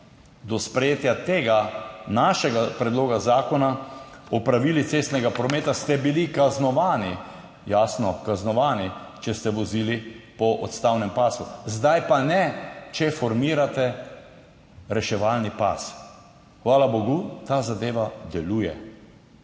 Do sprejetja tega našega predloga Zakona o pravilih cestnega prometa ste bili kaznovani, če ste vozili po odstavnem pasu, zdaj pa ne, če formirate reševalni pas. Hvala bogu ta zadeva deluje.